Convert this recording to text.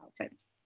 outfits